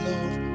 Lord